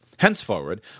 Henceforward